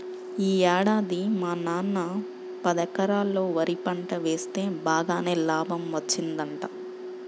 యీ ఏడాది మా నాన్న పదెకరాల్లో వరి పంట వేస్తె బాగానే లాభం వచ్చిందంట